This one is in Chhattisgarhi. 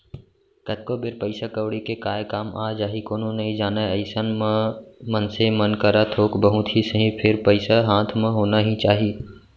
कतको बेर पइसा कउड़ी के काय काम आ जाही कोनो नइ जानय अइसन म मनसे मन करा थोक बहुत ही सही फेर पइसा हाथ म होना ही चाही